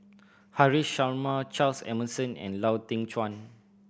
Haresh Sharma Charles Emmerson and Lau Teng Chuan